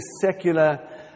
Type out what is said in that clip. secular